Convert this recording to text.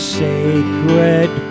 sacred